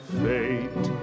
fate